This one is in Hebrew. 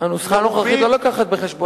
הנוסחה הנוכחית לא לוקחת בחשבון הכנסות.